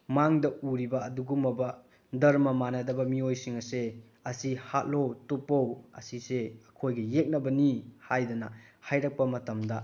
ꯃꯥꯡꯗ ꯎꯔꯤꯕ ꯑꯗꯨꯒꯨꯝꯂꯕ ꯙꯔꯃ ꯃꯥꯟꯅꯗꯕ ꯃꯤꯑꯣꯏꯁꯤꯡ ꯑꯁꯦ ꯑꯁꯤ ꯍꯥꯠꯂꯣ ꯇꯨꯞꯄꯨ ꯑꯁꯤꯁꯦ ꯑꯩꯈꯣꯏꯒꯤ ꯌꯦꯛꯅꯕꯅꯤ ꯍꯥꯏꯗꯅ ꯍꯥꯏꯔꯛꯄ ꯃꯇꯝꯗ